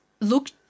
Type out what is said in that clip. look